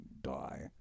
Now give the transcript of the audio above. die